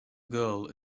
girl